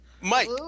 Mike